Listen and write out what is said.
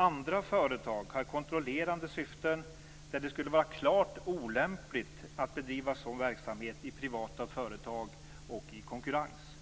Andra företag har kontrollerande syften där det skulle vara klart olämpligt att bedriva sådan verksamhet i privata företag och i konkurrens.